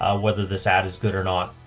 ah whether this ad is good or not,